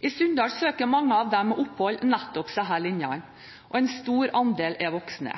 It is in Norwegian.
I Sunndal søker mange av dem med opphold nettopp disse linjene, og en stor andel er voksne.